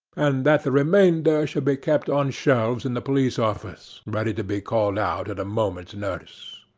and that the remainder should be kept on shelves in the police office ready to be called out at a moment's notice.